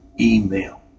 email